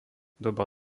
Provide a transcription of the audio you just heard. doba